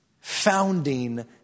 founding